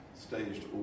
Staged